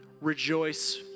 Rejoice